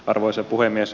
arvoisa puhemies